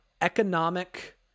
economic